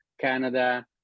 Canada